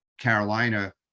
Carolina